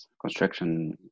construction